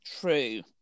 True